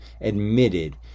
admitted